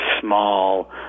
small